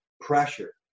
pressure